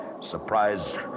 Surprised